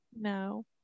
No